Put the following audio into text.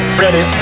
ready